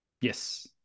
Yes